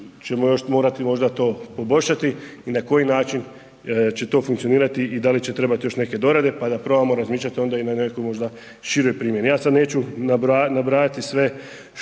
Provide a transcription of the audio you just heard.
ćemo još morati možda to poboljšati i na koji način će to funkcionirati i da li će trebati još neke dorade pa da probamo razmišljati onda i na nekakvoj možda široj primjeni. Ja sad neću nabrajati sve što,